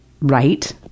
right